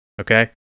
okay